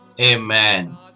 Amen